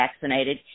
vaccinated